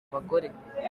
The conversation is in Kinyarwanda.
abagore